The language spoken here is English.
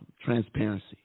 transparency